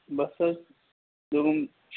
بَس حظ دوٚپُم